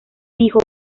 dijo